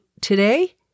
today